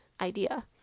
idea